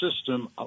system